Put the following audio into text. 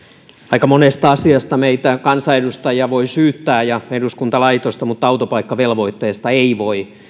aika monesta asiasta meitä kansanedustajia ja eduskuntalaitosta voi syytää mutta autopaikkavelvoitteesta ei voi